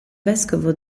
vescovo